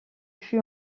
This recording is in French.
fut